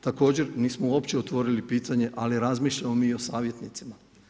Također nismo uopće otvorili pitanje ali razmišljamo mi i o savjetnicima.